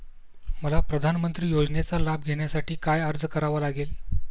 मला प्रधानमंत्री योजनेचा लाभ घेण्यासाठी काय अर्ज करावा लागेल?